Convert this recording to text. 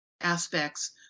aspects